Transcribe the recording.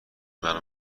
منو